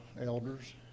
elders